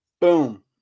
boom